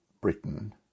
Britain